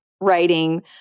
writing